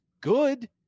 good